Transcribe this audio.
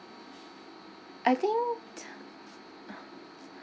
I think